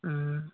ᱦᱩᱸ